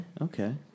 okay